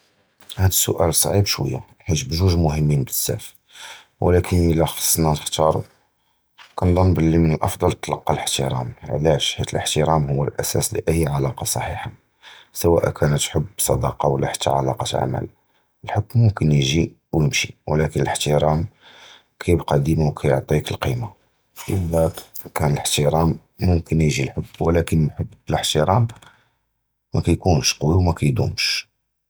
הַדָּא סוּאַל סְעִיב שְּׁוַיָּה, כִּיּוּ בְּזְוּז מְהִם בְּזַבַּא, וְלָקִין אִלָּא חַאסְנָא נְחַתַּרּוּ, כּנְצַנּ בְּלִי מִן הַאַפְדַּל נְתַלְקָא הָאִחְתִרָאם, עַלָּאש, כִּיּוּ הָאִחְתִרָאם הוּוּ הַאַסָּאס לִכּוּל עֲלָאקָּה סַחִיָּחָה, סְוָא קָאן חֻבּ, צִ'דָאקָה, וְלָא חַ'אטּ עֲלָאקָּה דִיָּאל עֲמָאל, הַחֻבּ מֻכְנָה יָגִ'י וְיֵמְשִי, וְלָקִין הָאִחְתִרָאם כִּתְבָּקִי דִּימָא וְכִיַּעְטִינָא אֶת-הַקֵּימָה, אִלָּא קָאן הָאִחְתִרָאם מֻכְנָה יָגִ'י הַחֻבּ, וְלָקִין הַחֻבּ בְּלָא אִחְתִרָאם מַא כִּיּוּנְש וְמַא כִּיִּדּוּמְש.